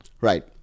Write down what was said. Right